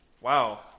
Wow